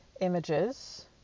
images